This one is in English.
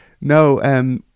no